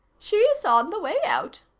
she's on the way out,